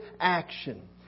action